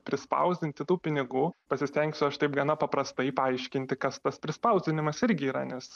prispausdinti tų pinigų pasistengsiu aš taip gana paprastai paaiškinti kas tas prispausdinimas irgi yra nes